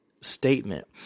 statement